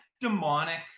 demonic